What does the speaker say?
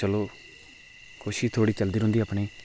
चलो कोशिश थोह्ड़ी चलदी रौहंदी अपनी